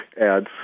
ads